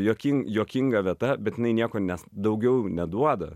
juokin juokinga vieta bet jinai nieko nes daugiau neduoda